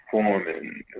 performing